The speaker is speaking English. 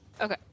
okay